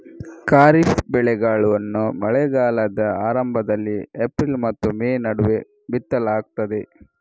ಖಾರಿಫ್ ಬೆಳೆಗಳನ್ನು ಮಳೆಗಾಲದ ಆರಂಭದಲ್ಲಿ ಏಪ್ರಿಲ್ ಮತ್ತು ಮೇ ನಡುವೆ ಬಿತ್ತಲಾಗ್ತದೆ